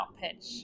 pitch